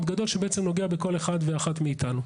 קודם כל --- רגע, לא סיימתי.